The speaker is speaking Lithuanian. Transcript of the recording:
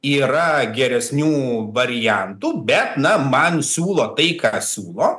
yra geresnių variantų bet na man siūlo tai ką siūlo